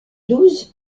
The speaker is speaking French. douze